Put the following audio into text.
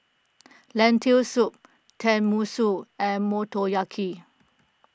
Lentil Soup Tenmusu and Motoyaki